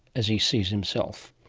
as he sees himself.